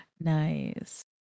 Nice